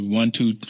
one-two